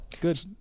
good